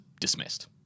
dismissed